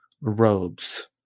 robes